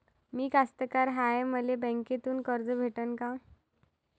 मी कास्तकार हाय, मले बँकेतून कर्ज भेटन का?